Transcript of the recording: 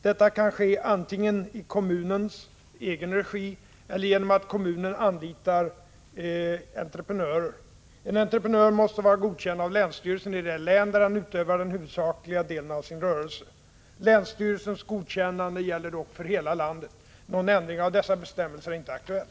Detta kan ske antingen i kommunens egen regi eller genom att kommunen anlitar entreprenörer. En entreprenör måste vara godkänd av länsstyrelsen i det län där han utövar den huvudsakliga delen av sin rörelse. Länsstyrelsens godkännande gäller dock för hela landet. Någon ändring av dessa bestämmelser är inte aktuell.